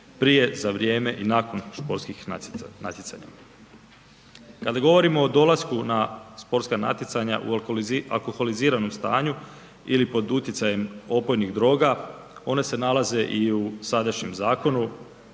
prije, za vrijeme i nakon sportskih natjecanja. Kada govorimo o dolasku na sportska natjecanja u alkoholiziranom stanju ili pod utjecajem opojnih droga one se nalaze i u sadašnjem zakonu